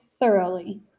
thoroughly